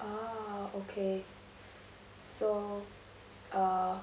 ah okay so uh